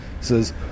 says